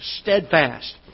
steadfast